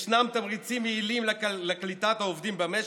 ישנם תמריצים יעילים לקליטת העובדים במשק,